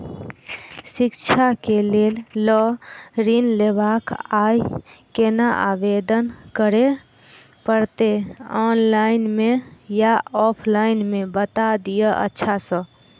शिक्षा केँ लेल लऽ ऋण लेबाक अई केना आवेदन करै पड़तै ऑनलाइन मे या ऑफलाइन मे बता दिय अच्छा सऽ?